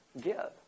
give